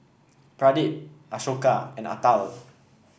Pradip Ashoka and Atal